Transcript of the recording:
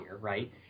right